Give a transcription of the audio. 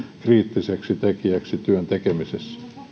kriittiseksi tekijäksi työn tekemisessä